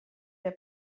der